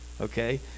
okay